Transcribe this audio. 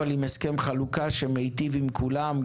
אבל עם הסכם חלוקה שמיטיב עם כולם,